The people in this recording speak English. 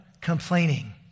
complaining